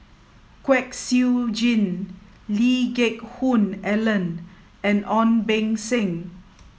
Kwek Siew Jin Lee Geck Hoon Ellen and Ong Beng Seng